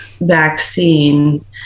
vaccine